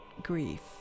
grief